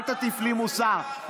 אל תטיף לי מוסר.